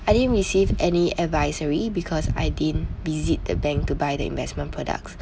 I didn't receive any advisory because I didn't visit the bank to buy the investment products